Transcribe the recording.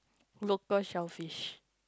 local shellfish